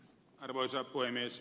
arvoisa puhemies